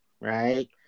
Right